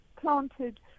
planted